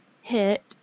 hit